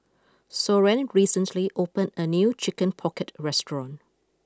Soren recently opened a new Chicken Pocket restaurant